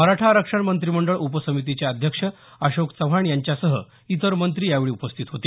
मराठा आरक्षण मंत्रिमंडळ उपसमितीचे अध्यक्ष अशोक चव्हाण यांच्यासह इतर मंत्री यावेळी उपस्थित होते